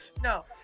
No